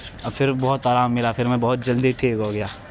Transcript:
اور پھر بہت آرام ملا پھر میں بہت جلدی ٹھیک ہو گیا